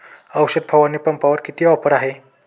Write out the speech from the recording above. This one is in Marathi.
औषध फवारणी पंपावर किती ऑफर आहे?